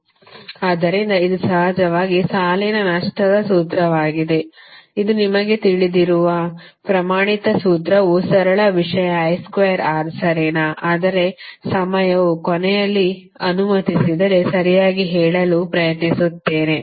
ಆದ್ದರಿಂದ ಇದು ಸಹಜವಾಗಿ ಸಾಲಿನ ನಷ್ಟದ ಸೂತ್ರವಾಗಿದೆ ಇದು ನಿಮಗೆ ತಿಳಿದಿರುವ ಪ್ರಮಾಣಿತ ಸೂತ್ರವು ಸರಳ ವಿಷಯ I2R ಸರಿನಾ ಆದರೆ ಸಮಯವು ಕೊನೆಯಲ್ಲಿ ಅನುಮತಿಸಿದರೆ ಸರಿಯಾಗಿ ಹೇಳಲು ಪ್ರಯತ್ನಿಸುತ್ತೇನೆ